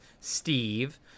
Steve